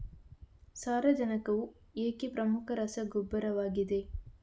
ಸಾರಜನಕವು ಏಕೆ ಪ್ರಮುಖ ರಸಗೊಬ್ಬರವಾಗಿದೆ?